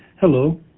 Hello